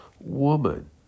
woman